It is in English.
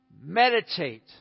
Meditate